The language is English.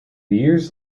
years